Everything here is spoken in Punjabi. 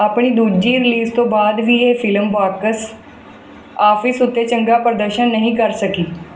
ਆਪਣੀ ਦੂਜੀ ਰਿਲੀਜ਼ ਤੋਂ ਬਾਅਦ ਵੀ ਇਹ ਫਿਲਮ ਬਾਕਸ ਆਫਿਸ ਉੱਤੇ ਚੰਗਾ ਪ੍ਰਦਰਸ਼ਨ ਨਹੀਂ ਕਰ ਸਕੀ